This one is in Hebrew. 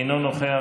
אינו נוכח,